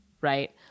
right